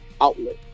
outlet